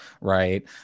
right